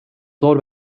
zor